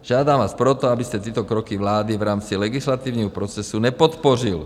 Žádám vás proto, abyste tyto kroky vlády v rámci legislativního procesu nepodpořil.